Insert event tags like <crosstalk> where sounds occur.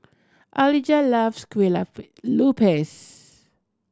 Alijah loves kueh <unintelligible> lupis